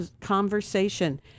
conversation